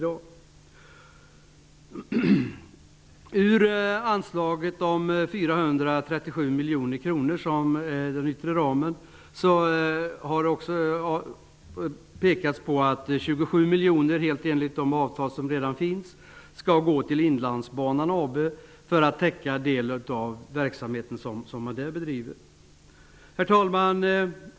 Ur det anslag om 437 miljoner kronor som är den yttre ramen skall enligt de avtal som redan finns 27 miljoner gå till Inlandsbanan AB för att täcka en del av den verksamhet som bedrivs där. Herr talman!